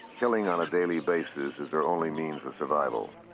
killing on a daily basis is their only means of survival.